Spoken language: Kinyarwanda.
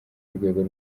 rwego